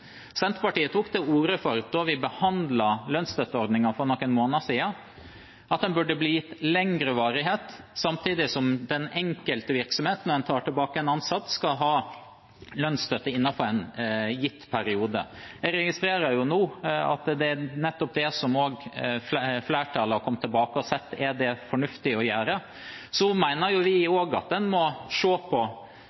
Da vi behandlet lønnsstøtteordningen for noen måneder siden, tok Senterpartiet til orde for at den burde få lengre varighet, samtidig som den enkelte virksomhet når den tar tilbake en ansatt, skal ha lønnsstøtte innenfor en gitt periode. Jeg registrerer nå at det er nettopp det som også flertallet har kommet tilbake og sett er det fornuftige å gjøre.